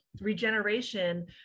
regeneration